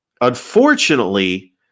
unfortunately